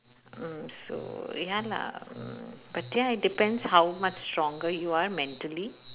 mm so ya lah mm but then it depends how much stronger you are mentally